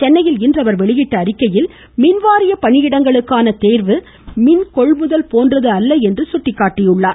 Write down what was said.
சென்னையில் இன்று அவர் வெளியிட்டுள்ள அறிக்கையில் மின்வாரிய பணியிடங்களுக்கான தேர்வு மின்கொள்முதல் போன்றது அல்ல என்று கூறியுள்ளார்